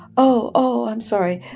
oh, oh, i'm sorry.